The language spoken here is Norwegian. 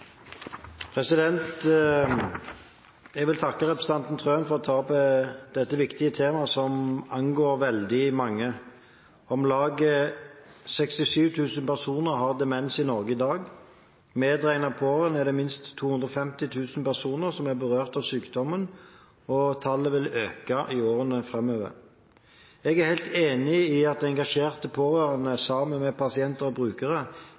Jeg vil takke representanten Trøen for å ta opp dette viktige temaet som angår veldig mange. Om lag 67 000 personer har demens i Norge i dag. Medregnet pårørende er det minst 250 000 personer som er berørt av sykdommen, og tallet vil øke i årene framover. Jeg er helt enig i at engasjerte pårørende sammen med pasienter og brukere